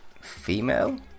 female